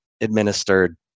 administered